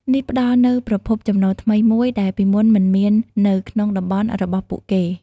នេះផ្តល់នូវប្រភពចំណូលថ្មីមួយដែលពីមុនមិនមាននៅក្នុងតំបន់របស់ពួកគេ។